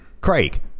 Craig